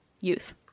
youth